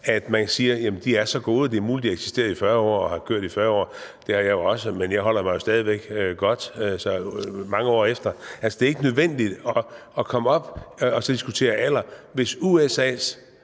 Man siger, at de er så gode; det er muligt, at de har eksisteret i 40 år og har været i gang i 40 år – det har jeg også, men jeg holder mig stadig væk godt mange år efter. Altså, det er ikke nødvendigt at komme op at diskutere alder, hvis USA's